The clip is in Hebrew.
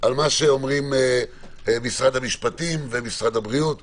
מה שאומרים משרדי המשפטים והבריאות בעניין,